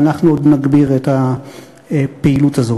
ואנחנו עוד נגביר את הפעילות הזאת.